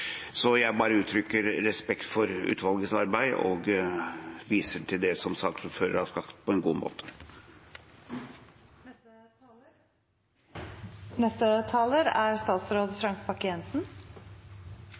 Jeg bare uttrykker respekt for utvalgets arbeid og viser til det som saksordføreren på en god måte har sagt. Ja, Ombudsmannsnemnda tar opp en rekke sentrale og viktige saker. Det er